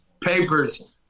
papers